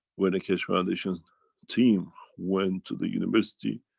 when the keshe foundation team went to the university,